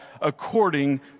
according